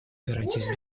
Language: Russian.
гарантиях